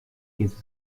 gives